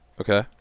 okay